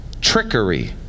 Trickery